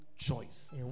choice